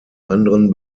anderen